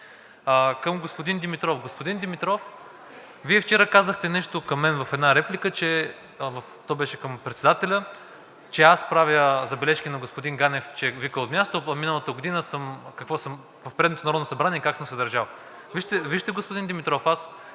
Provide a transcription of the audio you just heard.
Към господин Димитров. Господин Димитров, Вие вчера казахте нещо към мен в една реплика – то беше към председателя, че аз правя забележки на господин Ганев, че вика от място, а миналата година в предното Народно събрание как съм се държал. Вижте, господин Димитров –